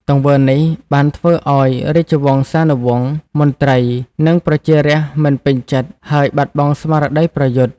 ទង្វើនេះបានធ្វើឱ្យរាជវង្សានុវង្ស មន្ត្រី និងប្រជារាស្ត្រមិនពេញចិត្ត ហើយបាត់បង់ស្មារតីប្រយុទ្ធ។